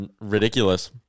ridiculous